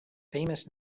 famous